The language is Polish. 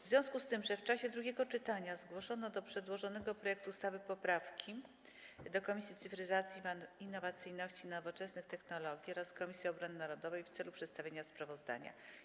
W związku z tym, że w czasie drugiego czytania zgłoszono do przedłożonego projektu ustawy poprawki... do Komisji Cyfryzacji, Innowacyjności i Nowoczesnych Technologii oraz Komisji Obrony Narodowej w celu przedstawienia sprawozdania.